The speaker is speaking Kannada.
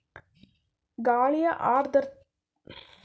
ಗಾಳಿಯ ಆರ್ದ್ರತೆನ ಅಳೆಯಲು ಬಳಸೊ ಸಾಧನನ ಸೈಕ್ರೋಮೀಟರ್ ಅಥವಾ ಹೈಗ್ರೋಮೀಟರ್ ಅಂತ ಕರೀತಾರೆ